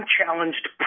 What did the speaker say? unchallenged